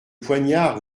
poignard